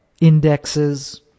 indexes